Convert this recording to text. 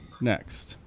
next